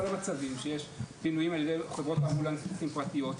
--- כל המצבים שיש מינויים על-ידי חברות אמבולנס פרטיות.